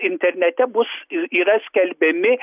internete bus ir yra skelbiami